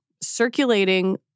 circulating